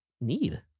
need